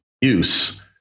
use